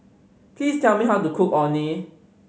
please tell me how to cook Orh Nee